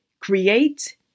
create